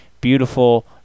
beautiful